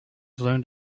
learned